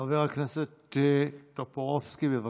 חבר הכנסת טופורובסקי, בבקשה.